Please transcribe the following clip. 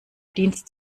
dienst